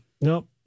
no